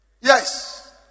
Yes